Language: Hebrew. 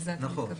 אם לזה אתה מתכוון.